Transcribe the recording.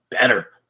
better